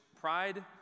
pride